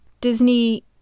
Disney